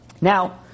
Now